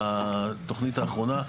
בתוכנית האחרונה,